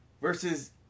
versus